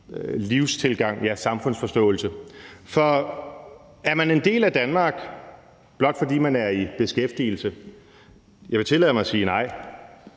livstilgang eller samfundsforståelse går. Er man en del af Danmark, blot fordi man er i beskæftigelse? Jeg vil tillade mig at sige nej.